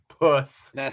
puss